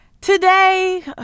Today